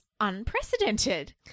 unprecedented